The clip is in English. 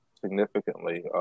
significantly